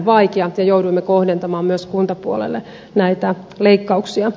siksi jouduimme kohdentamaan myös kuntapuolelle näitä leikkauksia